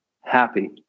happy